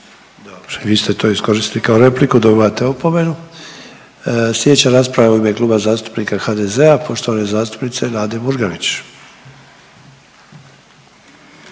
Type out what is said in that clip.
Dobro. I vi ste to iskoristili kao repliku, dobivate opomenu. Sljedeća rasprava u ime Kluba zastupnika HDZ-a, poštovane zastupnice Nade Murganić.